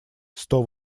сто